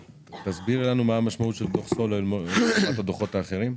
תסבירי לנו מה המשמעות של דוח סולו מבחינת הדוחות האחרים?